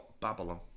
Babylon